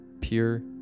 pure